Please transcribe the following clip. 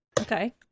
Okay